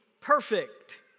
perfect